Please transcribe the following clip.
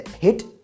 HIT